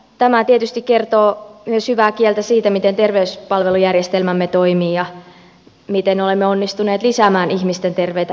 tämä tietysti kertoo myös hyvää kieltä siitä miten terveyspalvelujärjestelmämme toimii ja miten olemme onnistuneet lisäämään ihmisten terveitä elinvuosia